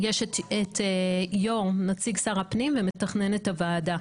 יש את היו"ר, נציג שר הפנים ומתכננת הוועדה.